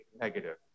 negative